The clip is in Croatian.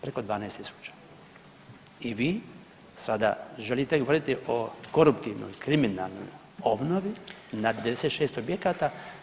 Preko 12.000 i vi sada želite govoriti o koruptivnoj i kriminalnoj obnovi na 96 objekata.